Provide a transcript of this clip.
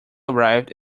arrived